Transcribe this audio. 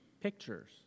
pictures